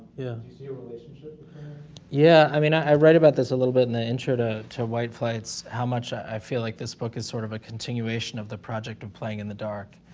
yeah yeah yeah i mean, i write about this a little bit in the intro to to white flights, how much i feel like this book is sort of a continuation of the project of playing in the dark,